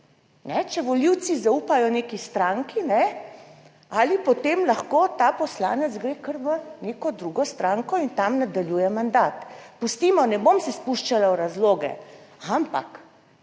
Če volivci zaupajo neki stranki ali potem lahko ta poslanec gre kar v neko drugo stranko in tam nadaljuje mandat? Pustimo, ne bom se spuščala v razloge, ampak